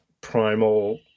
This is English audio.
primal